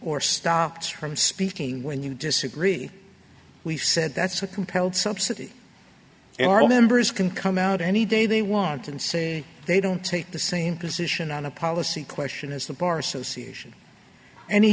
or stops from speaking when you disagree we said that's a compelled subsidy and our members can come out any day they want and say they don't take the same position on a policy question as the bar association any